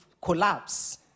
collapse